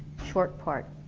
short part